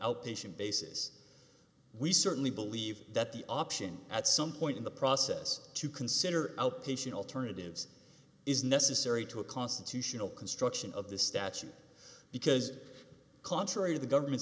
outpatient basis we certainly believe that the option at some point in the process to consider outpatient alternatives is necessary to a constitutional construction of the statute because contrary to the government's